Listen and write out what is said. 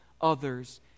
others